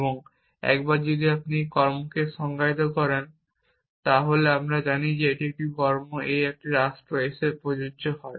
এবং একবার আপনি একটি কর্মকে সংজ্ঞায়িত করলে আমরা জানি যে যদি একটি কর্ম a একটি রাষ্ট্র s এ প্রযোজ্য হয়